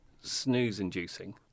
snooze-inducing